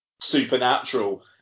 supernatural